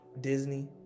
Disney